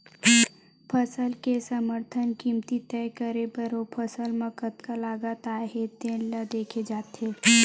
फसल के समरथन कीमत तय करे बर ओ फसल म कतका लागत आए हे तेन ल देखे जाथे